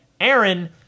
Aaron